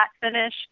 finish